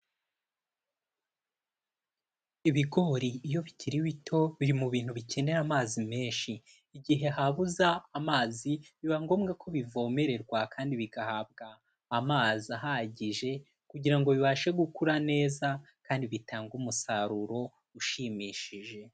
Ibigori iyo bikiri bito biri mu bintu bikenera amazi menshi. Igihe habuza amazi biba ngombwa ko bivomererwa kandi bigahabwa amazi ahagije, kugira bibashe gukura neza kandi bitange umusaruro, ushimishije.